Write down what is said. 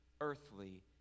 earthly